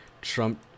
Trump